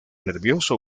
nervioso